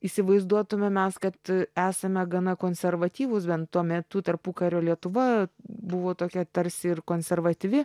įsivaizduotume mes kad esame gana konservatyvūs bent tuo metu tarpukario lietuva buvo tokia tarsi ir konservatyvi